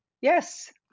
Yes